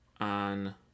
on